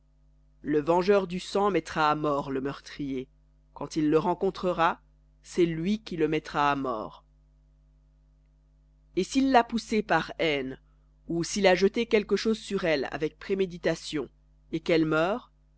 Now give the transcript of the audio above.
le vengeur du sang mettra à mort le meurtrier quand il le rencontrera c'est lui qui le mettra à mort et s'il l'a poussée par haine ou s'il a jeté sur elle avec préméditation et qu'elle meure